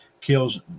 kills